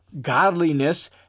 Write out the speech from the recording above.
Godliness